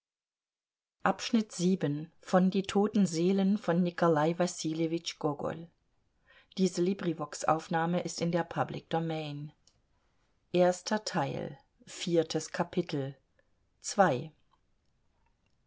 die toten seelen